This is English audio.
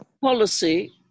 policy